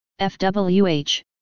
FWH